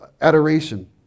adoration